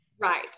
right